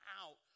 out